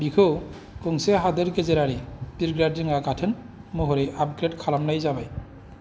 बेखौ गंसे हादोर गेजेरारि बिरग्रा दिङा गाथोन महरै आपग्रेड खालामनाय जाबाय